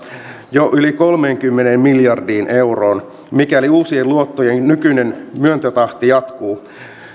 jo yli kolmeenkymmeneen miljardiin euroon mikäli uusien luottojen nykyinen myöntötahti jatkuu